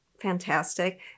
fantastic